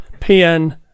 PN